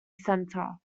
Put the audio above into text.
centre